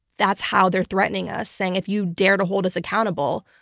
that's how they're threatening us, saying if you dare to hold us accountable,